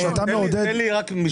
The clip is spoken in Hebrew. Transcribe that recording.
תן לי לומר משפט.